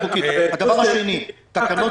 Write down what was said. הדבר השני, תקנות